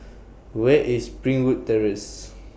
Where IS Springwood Terrace